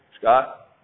Scott